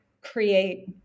create